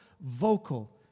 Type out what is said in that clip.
vocal